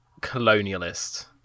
colonialist